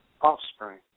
offspring